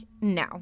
no